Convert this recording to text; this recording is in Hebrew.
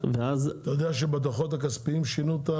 אתה יודע שבדוחות הכספיים שינו,